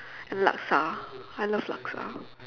and laksa I love laksa